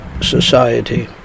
Society